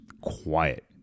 quiet